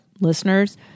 listeners